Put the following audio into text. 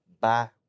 Bye